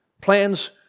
Plans